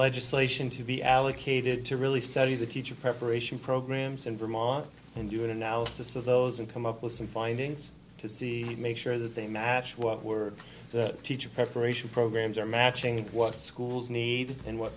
legislation to be allocated to really study the teacher preparation programs in vermont and do an analysis of those and come up with some findings to see make sure that they match what were the teacher preparation programs or matching what schools need and what